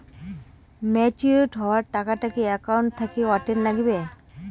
Matured হওয়া টাকাটা কি একাউন্ট থাকি অটের নাগিবে?